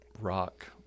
rock